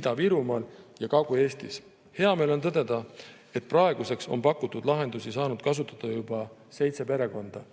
Ida-Virumaal ja Kagu-Eestis. Hea meel on tõdeda, et praeguseks on pakutud lahendusi saanud kasutada juba seitse perekonda.